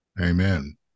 Amen